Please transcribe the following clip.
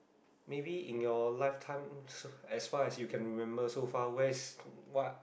maybe in your lifetime as far as you can remember so far where is what